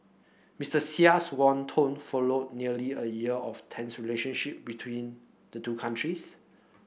Mister Xi's warm tone followed nearly a year of tense relationship between the two countries